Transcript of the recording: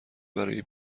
برای